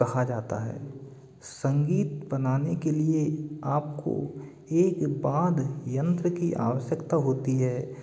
कहा जाता है संगीत बनाने के लिए आपको एक वाद्य यंत्र की आवश्यकता होती है